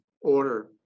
order